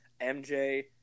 MJ